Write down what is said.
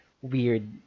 Weird